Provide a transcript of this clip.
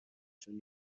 شون